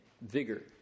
vigor